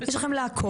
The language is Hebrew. יש לכם לעקוב,